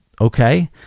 okay